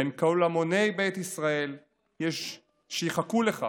בין כל המוני בית ישראל שיחכו לך